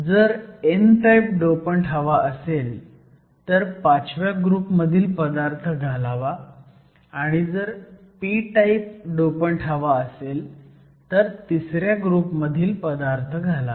जर n type dopant हवा असेल तर 5व्या ग्रुप मधील पदार्थ घालावा आणि जर p टाईप डोपंट हवा असेल तर 3ऱ्या ग्रुप मधील पदार्थ घालावा